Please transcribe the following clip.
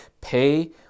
Pay